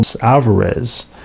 Alvarez